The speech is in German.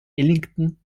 ellington